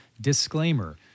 Disclaimer